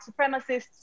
supremacists